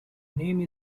name